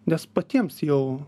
nes patiems jau